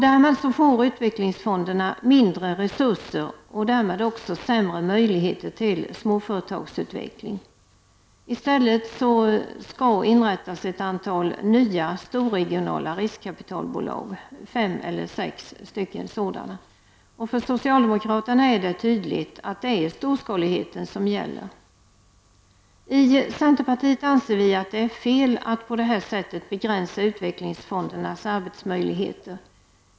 Därmed får utvecklingsfonderna mindre resurser och också sämre möjligheter till småföretagsutveckling. I stället skall ett antal— fem eller sex — nya storregionala riskkapitalbolag inrättas. För socialdemokraterna är det storskaligheten som gäller — det är tydligt. I centerpartiet anser vi att det är fel att på det här sättet begränsa utvecklingsfondernas arbetsmöjligheter.